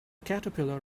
caterpillar